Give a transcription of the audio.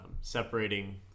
Separating